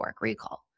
recall